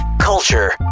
culture